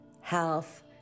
health